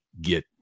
get